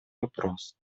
вопрос